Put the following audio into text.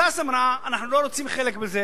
ש"ס אמרה: אנחנו לא רוצים חלק בזה,